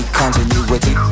continuity